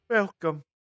Welcome